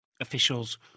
officials